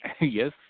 Yes